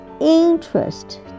interest